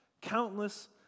countless